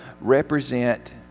represent